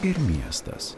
ir miestas